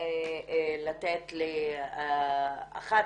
לתת לאחת